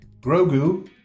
Grogu